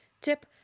Tip